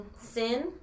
sin